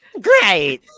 Great